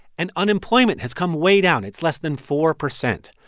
and unemployment has come way down it's less than four percent.